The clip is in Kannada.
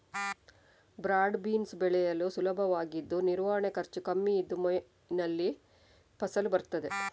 ಬ್ರಾಡ್ ಬೀನ್ಸ್ ಬೆಳೆಯಲು ಸುಲಭವಾಗಿದ್ದು ನಿರ್ವಹಣೆ ಖರ್ಚು ಕಮ್ಮಿ ಇದ್ದು ಮೇನಲ್ಲಿ ಫಸಲು ಬರ್ತದೆ